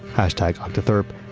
hashtag octotherp,